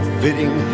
fitting